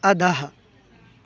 अधः